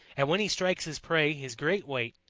and when he strikes his prey his great weight,